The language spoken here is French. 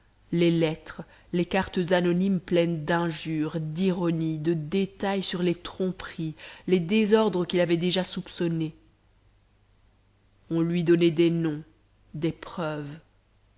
les lettres les cartes anonymes pleines d'injures d'ironies de détails sur les tromperies les désordres qu'il avait déjà soupçonnés on lui donnait des noms